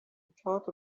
thought